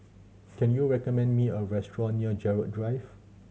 can you recommend me a restaurant near Gerald Drive